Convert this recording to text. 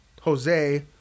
Jose